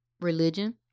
religion